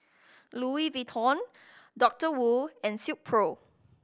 Louis Vuitton Doctor Wu and Silkpro